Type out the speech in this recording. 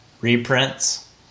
reprints